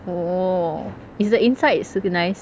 oh is the inside super nice